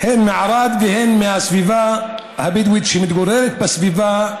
הן מערד והן מהסביבה הבדואית שמתגוררת בסביבה,